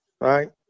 Right